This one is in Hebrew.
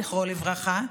זכרו לברכה,